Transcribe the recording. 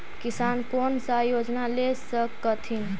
किसान कोन सा योजना ले स कथीन?